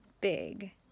big